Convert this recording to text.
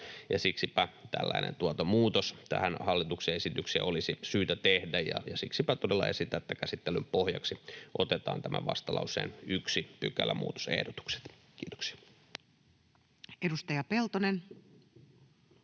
siksipä tällainen muutos tähän hallituksen esitykseen olisi syytä tehdä. Siksipä todella esitän, että käsittelyn pohjaksi otetaan tämän vastalauseen 1 pykälämuutosehdotukset. — Kiitoksia. [Speech